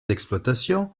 d’exploitation